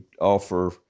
offer